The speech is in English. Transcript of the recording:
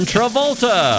Travolta